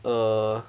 err